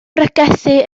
bregethu